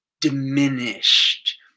diminished